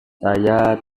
saya